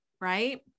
Right